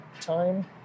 time